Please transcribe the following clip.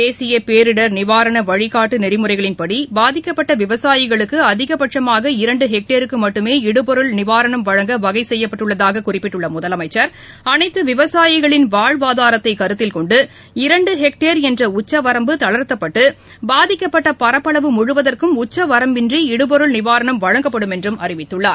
தேசிய பேரிடர் நிவாரண வழிகாட்டு நெறிமுறைகளின்படி பாதிக்கப்பட்ட விவசாயிகளுக்கு அதிகபட்சமாக இரண்டு ஹெக்டேருக்கு மட்டுமே இடுபொருள் நிவாரணம் வழங்க வகை செய்யப்பட்டுள்ளதாக குறிப்பிட்டுள்ள முதலமைச்சர் அனைத்து விவசாயிகளின் வாழ்வாதாரத்தை கருத்தில்கொண்டு இரண்டு ஹெக்டேர் என்ற உச்சவரம்பு தளர்த்தப்பட்டு பாதிக்கப்பட்ட பரப்பளவு முழுவதற்கும் உச்ச வரம்பின்றி இடுபொருள் நிவாரணம் வழங்கப்படும் என்றும் அறிவித்துள்ளார்